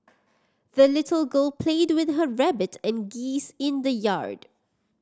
the little girl played with her rabbit and geese in the yard